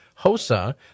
HOSA